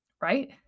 right